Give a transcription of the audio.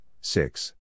six